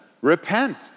repent